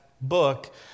book